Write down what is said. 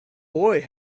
boy